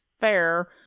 fair